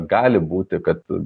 gali būti kad